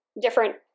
different